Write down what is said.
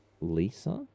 Lisa